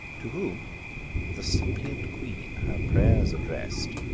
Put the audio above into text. to whom the suppliant queen her pray'rs address'd,